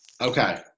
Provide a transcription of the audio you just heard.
Okay